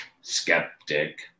skeptic